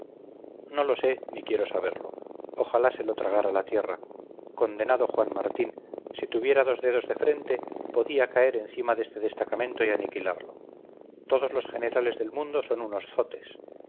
no lo sé ni quiero saberlo ojalá se lo tragara la tierra condenado juan martín si tuviera dos dedos de frente podía caer encima de este destacamento y aniquilarlo todos los generales del mundo son unos zotes